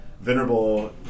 venerable